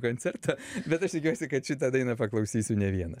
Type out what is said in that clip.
koncertą bet aš tikiuosi kad šitą dainą paklausysiu ne vienas